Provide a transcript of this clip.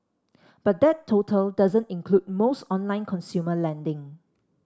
but that total doesn't include most online consumer lending